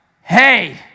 hey